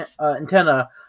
antenna